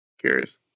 curious